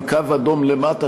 עם קו אדום למטה,